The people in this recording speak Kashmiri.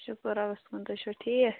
شُکُر رۄبَس کُن تُہۍ چھِو ٹھیٖک